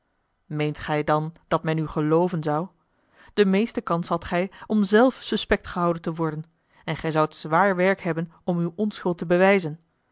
meent gij dan dat men u gelooven zou de meeste kans hadt gij om zelf suspect gehouden te worden en gij zoudt zwaar werk hebben om uwe onschuld te bewijzen